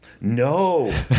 No